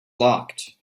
locked